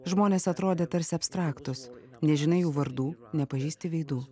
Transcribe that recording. žmonės atrodė tarsi abstraktūs nežinai jų vardų nepažįsti veidų